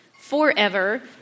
forever